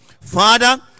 Father